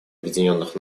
объединенных